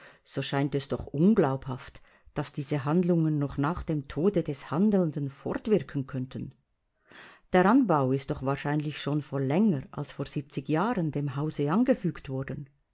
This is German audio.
so erscheint es doch unglaubhaft daß diese handlungen noch nach dem tode des handelnden fortwirken könnten der anbau ist doch wahrscheinlich schon vor länger als vor jahren dem hause angefügt worden